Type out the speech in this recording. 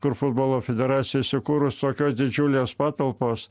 kur futbolo federacija įsikūrus tokios didžiulės patalpos